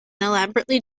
elaborately